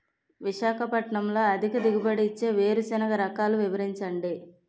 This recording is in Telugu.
విశాఖపట్నంలో అధిక దిగుబడి ఇచ్చే వేరుసెనగ రకాలు వివరించండి?